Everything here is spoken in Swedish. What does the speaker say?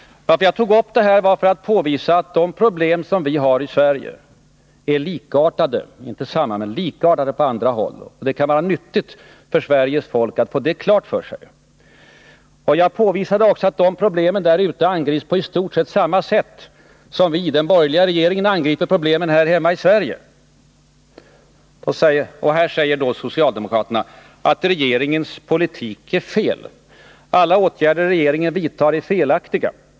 Jag tog upp det här för att påvisa att de problem vi har i Sverige är likartade — men inte identiska — med dem man har på andra håll. Det kan vara nyttigt för Sveriges folk att få det klart för sig. Jag påvisade också att problemen där Nr 29 angrips på i stora drag samma sätt som den borgerliga regeringen angriper Torsdagen den problemen här hemma. 20 november 1980 Socialdemokraterna säger att regeringen för fel politik. Alla åtgärder regeringen vidtar är felaktiga.